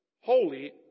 holy